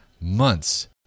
months